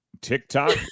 TikTok